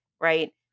right